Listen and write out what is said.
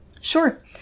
Sure